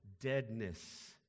deadness